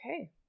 Okay